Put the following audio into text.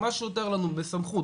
מה שמותר לנו בסמכות,